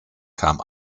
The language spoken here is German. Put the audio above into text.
kam